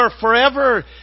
forever